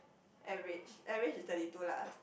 average average is thirty two lah